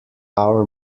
our